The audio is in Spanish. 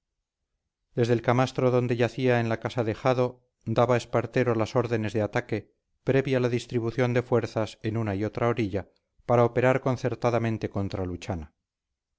desde el camastro donde yacía en la casa de jado daba espartero las órdenes de ataque previa la distribución de fuerzas en una y otra orilla para operar concertadamente contra luchana